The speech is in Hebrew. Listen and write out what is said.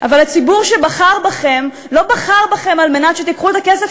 אבל הציבור שבחר בכם לא בחר בכם כדי שתיקחו את הכסף